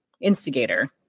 instigator